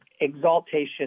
exaltation